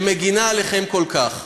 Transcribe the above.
שמגינה עליכם כל כך.